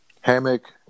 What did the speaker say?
Hammock